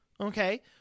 okay